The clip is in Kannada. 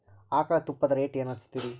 ಆಕಳ ತುಪ್ಪದ ರೇಟ್ ಏನ ಹಚ್ಚತೀರಿ?